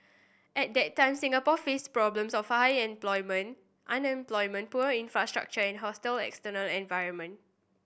at that time Singapore faced problems of high employment unemployment poor infrastructure and hostile external environment